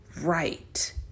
right